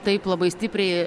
taip labai stipriai